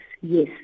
Yes